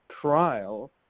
trial